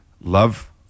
Love